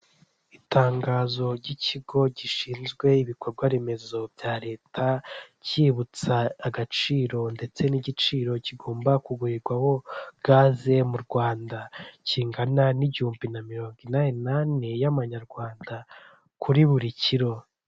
Itangazo ry'ikigo gishinzwe ibikorwa remezo bya leta, cyibutsa agaciro ndetse n'igiciro kigomba kugurirwaho gaze mu Rwanda, kingana n'igihumbi na mirongo inani nane y'amanyarwanda kuri buri kiro.